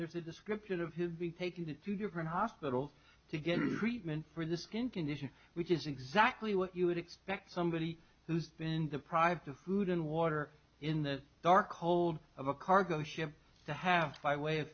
there's a description of his being taken to two different hospitals to get treatment for the skin condition which is exactly what you would expect somebody who's been deprived of food and water in the dark hold of a cargo ship to have by way of